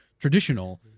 traditional